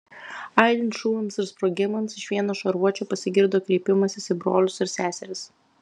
aidint šūviams ir sprogimams iš vieno šarvuočio pasigirdo kreipimasis į brolius ir seseris